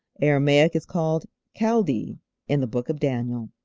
aramaic is called chaldee in the book of daniel.